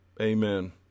Amen